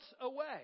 away